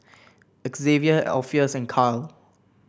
Xzavier Alpheus and Kyle